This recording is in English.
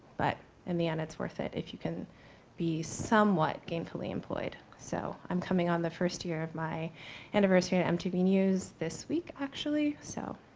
but in the end it's worth it, if you can be somewhat gainfully employed. so i'm coming on the first year of my anniversary at mtv news this week actually, so.